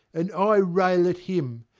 and i rail at him.